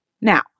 Now